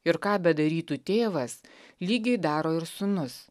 ir ką bedarytų tėvas lygiai daro ir sūnus